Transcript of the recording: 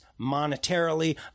monetarily